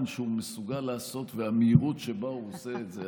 שהוא מסוגל לעשות והמהירות שבה הוא עושה את זה.